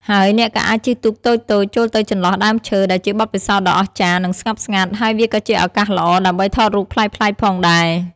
ហើយអ្នកក៏អាចជិះទូកតូចៗចូលទៅចន្លោះដើមឈើ ដែលជាបទពិសោធន៍ដ៏អស្ចារ្យ និងស្ងប់ស្ងាត់ ហើយវាក៏ជាឱកាសល្អដើម្បីថតរូបភាពប្លែកៗផងដែរ។